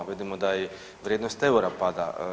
Vidimo da i vrijednost eura pada.